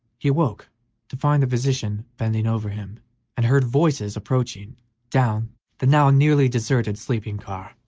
he awoke to find the physician bending over him and heard voices approaching down the now nearly deserted sleeping-car.